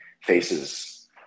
faces